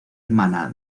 hermana